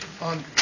on